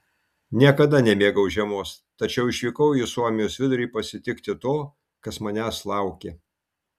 niekada nemėgau žiemos tačiau išvykau į suomijos vidurį pasitikti to kas manęs laukė